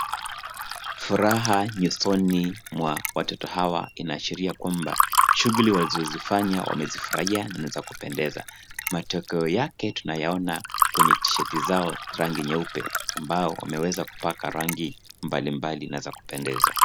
Furaha nyusoni mwa watoto hawa inaashiria kwamba shughuli walizozifanya wamezifurahia na ni za kupendeza. Matokeo yake tunayaona kwenye tishati zao rangi nyeupe ambao wameweza kupaka rangi mbalimbali na za kupendeza.